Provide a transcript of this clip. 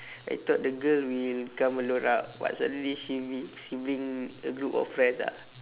I thought the girl will come alone ah but suddenly she bri~ she bring a group friends ah